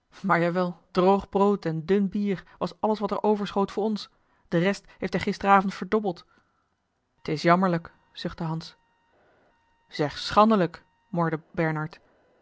maar jawel droog brood en dun bier was alles wat er overschoot voor ons de rest heeft hij gisteravond verdobbeld t is jammerlijk zuchtte hans zeg schandelijk morde bernard